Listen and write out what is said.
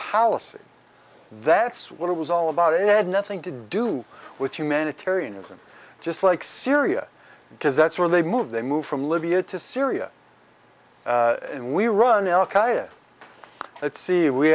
policy that's what it was all about it had nothing to do with humanitarianism just like syria because that's where they moved they moved from libya to syria and we run al qaeda let's see we